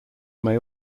may